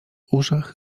uszach